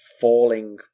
falling